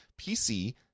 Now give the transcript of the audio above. PC